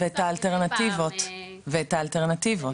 ואת האלטרנטיבות.